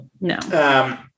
No